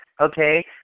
okay